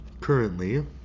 Currently